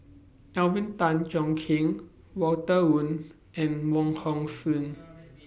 Alvin Tan Cheong Kheng Walter Woon and Wong Hong Suen